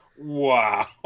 Wow